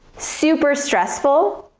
super stressful,